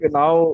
now